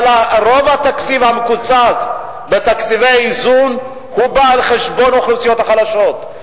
אבל רוב התקציב המקוצץ בתקציבי האיזון בא על חשבון האוכלוסיות החלשות.